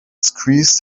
squeezed